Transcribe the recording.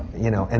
you know. and